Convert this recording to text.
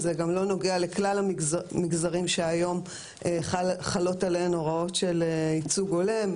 שזה גם לא נוגע לכלל המגזרים שהיום חלות עליהן הוראות של ייצוג הולם,